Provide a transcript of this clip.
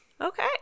Okay